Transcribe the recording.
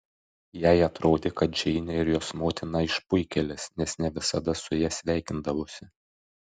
jai atrodė kad džeinė ir jos motina išpuikėlės nes ne visada su ja sveikindavosi